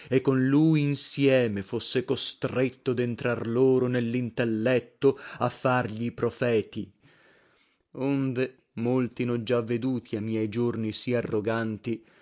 e con lui insieme fosse costretto dentrar loro nellintelletto a fargli profeti onde molti nho già veduti a miei giorni sì arroganti